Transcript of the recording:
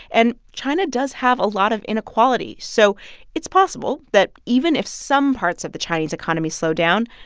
and china does have a lot of inequality. so it's possible that even if some parts of the chinese economy slow down,